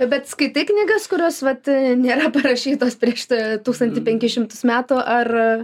bet skaitai knygas kurios vat nėra parašytos prieš ta tūkstantį penkis šimtus metų ar